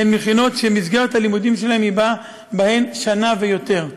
הן מכינות שמסגרת הלימודים בהן היא שנה ויותר.